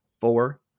Four